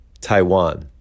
Taiwan